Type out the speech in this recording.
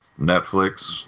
Netflix